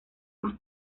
más